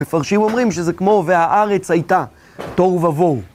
מפרשים אומרים שזה כמו "והארץ הייתה תוהו ובוהו".